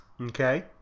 Okay